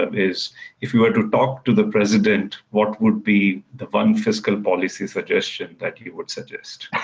is if you were to talk to the president, what would be the one fiscal policy suggestion that you would suggest?